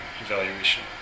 evaluation